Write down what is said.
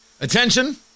Attention